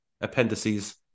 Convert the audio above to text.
appendices